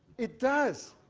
it does.